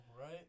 right